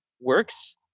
works